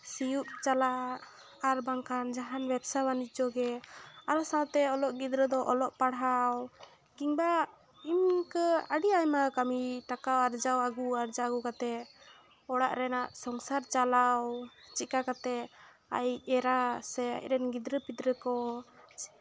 ᱥᱤᱭᱳᱜ ᱪᱟᱞᱟᱜ ᱟᱨ ᱵᱟᱝᱠᱷᱟᱱ ᱡᱟᱦᱟᱱ ᱵᱮᱵᱽᱥᱟ ᱵᱟᱱᱤᱡᱡᱚ ᱜᱮ ᱚᱱᱟ ᱥᱟᱶᱛᱮ ᱚᱞᱚᱜ ᱜᱤᱫᱽᱨᱟᱹ ᱫᱚ ᱚᱞᱚᱜ ᱯᱟᱲᱦᱟᱣ ᱠᱤᱢᱵᱟ ᱤᱱᱠᱟᱹ ᱟᱹᱰᱤ ᱟᱭᱢᱟ ᱠᱟᱹᱢᱤ ᱴᱟᱠᱟ ᱟᱨᱡᱟᱣ ᱟᱜᱩ ᱟᱨᱡᱟᱣ ᱟᱹᱜᱩ ᱠᱟᱛᱮᱫ ᱚᱲᱟᱜ ᱨᱮᱱᱟᱜ ᱥᱚᱝᱥᱟᱨ ᱪᱟᱞᱟᱣ ᱠᱚ ᱪᱮᱫᱞᱮᱠᱟ ᱠᱟᱛᱮᱫ ᱟᱭᱤᱡ ᱮᱨᱟ ᱥᱮ ᱟᱡᱨᱮᱱ ᱜᱤᱫᱽᱨᱟᱹ ᱯᱤᱫᱽᱨᱟᱹ ᱠᱚ